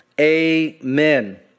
amen